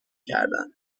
کردند